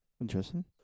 Interesting